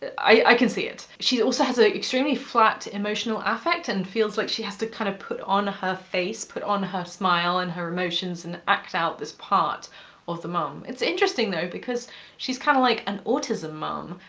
i can see it. she also has an ah extremely flat emotional effect and feels like she has to kind of put on her face. put on her smile, and her emotions, and act out this part of the mom. it's interesting, though, because she's kind of like an autism mom,